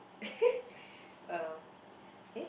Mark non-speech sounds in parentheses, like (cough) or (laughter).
(laughs) um eh